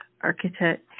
architect